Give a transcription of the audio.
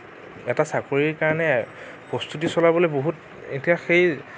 এটা চাকৰিৰ কাৰণে প্ৰস্তুতি চলাবলৈ বহুত এতিয়া সেই